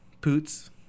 Poots